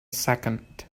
second